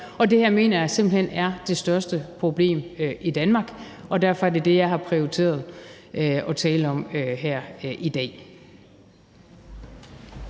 Og det her mener jeg simpelt hen er det største problem i Danmark, og derfor er det det, og jeg har prioriteret at tale om her i dag.